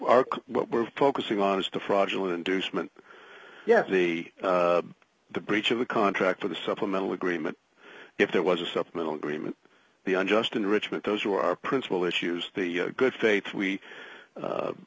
arc what we're focusing on is the fraudulent inducement yes the breach of the contract for the supplemental agreement if there was a supplemental agreement the unjust enrichment those who are principal issues the good faith we